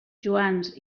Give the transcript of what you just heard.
joans